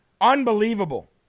Unbelievable